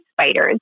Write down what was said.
spiders